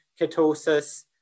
ketosis